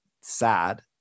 sad